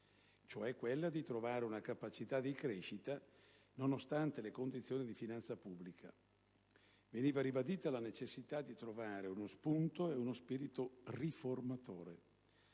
quella di ritrovare una capacità di crescita, nonostante le condizioni di finanza pubblica. Veniva ribadita la necessità di trovare uno spunto e uno spirito riformatore.